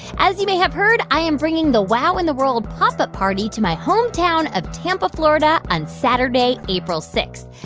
as you may have heard, i am bringing the wow in the world pop up party to my hometown of tampa, fla, and on saturday, april six.